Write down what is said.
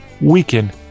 weaken